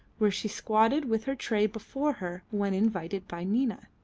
where she squatted with her tray before her, when invited by nina.